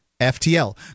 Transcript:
FTL